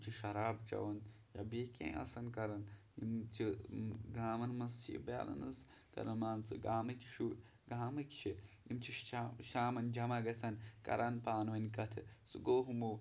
یِم چھِ شراب چبٮ۪وان یا بیٚیہِ کیٚنہہ آسن کران یِم چھِ گامن منٛز چھِ بیلَنٕس کران مان ژٕ گامٕکۍ گامٕکۍ چھِ یِم چھِ شامن جمع گژھان کران پانہٕ ؤنۍ کَتھٕ سُہ گوٚو ہُمو